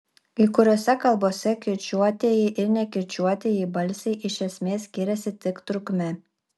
kai kuriose kalbose kirčiuotieji ir nekirčiuotieji balsiai iš esmės skiriasi tik trukme